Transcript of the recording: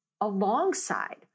alongside